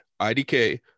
IDK